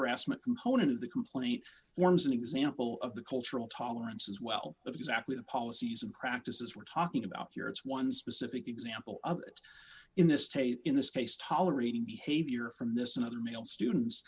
harassment component of the complaint forms an example of the cultural tolerance as well exactly the policies and practices we're talking about here it's one specific example in the state in this case tolerating behavior from this and other male students